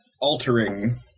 altering